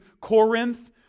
Corinth